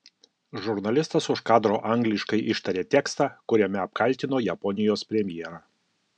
žurnalistas už kadro angliškai ištarė tekstą kuriame apkaltino japonijos premjerą